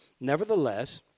nevertheless